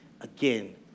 Again